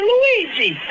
Luigi